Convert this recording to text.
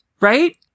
Right